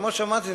אף-על-פי שאמרתי,